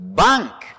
bank